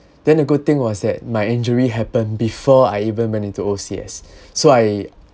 then the good thing was that my injury happened before I even went into O_C_S so I